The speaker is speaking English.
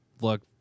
look